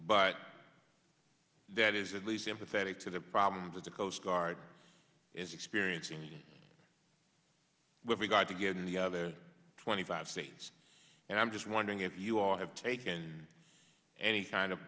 but that is at least sympathetic to the problems with the coast guard is experiencing with regard to getting the other twenty five states and i'm just wondering if you all have taken any kind of